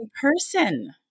person